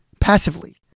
passively